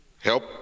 Help